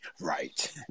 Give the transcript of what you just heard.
Right